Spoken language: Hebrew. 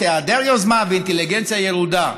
היעדר יוזמה ואינטליגנציה ירודה.